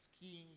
schemes